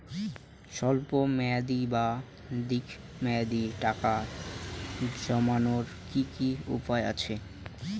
স্বল্প মেয়াদি বা দীর্ঘ মেয়াদি টাকা জমানোর কি কি উপায় আছে?